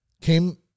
came